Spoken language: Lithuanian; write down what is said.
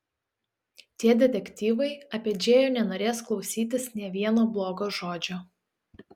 tie detektyvai apie džėjų nenorės klausytis nė vieno blogo žodžio